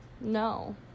no